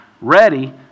ready